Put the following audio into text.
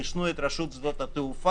חיסנו את רשות שדות התעופה,